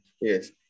Yes